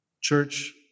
Church